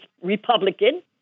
Republican